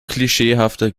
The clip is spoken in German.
klischeehafter